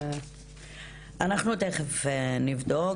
כן,